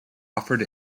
offered